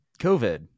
COVID